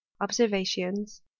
Observations